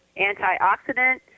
antioxidant